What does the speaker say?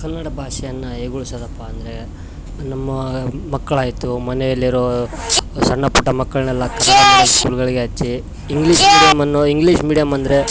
ಕನ್ನಡ ಭಾಷೆಯನ್ನ ಹೇಗೆ ಉಳ್ಸದಪ್ಪ ಅಂದರೆ ನಮ್ಮ ಮಕ್ಳಾಯಿತು ಮನೆಯಲ್ಲಿರೋ ಸಣ್ಣ ಪುಟ್ಟ ಮಕ್ಕಳನ್ನೆಲ್ಲ ಕನ್ನಡ ಸ್ಕೂಲ್ಗಳಿಗೆ ಹಚ್ಚಿ ಇಂಗ್ಲಿಷ್ ಮೀಡಿಯಮ್ ಅನ್ನು ಇಂಗ್ಲಿಷ್ ಮೀಡಿಯಮ್ ಅಂದರೆ